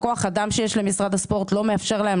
כוח האדם שיש למשרד הספורט לא מאפשר להם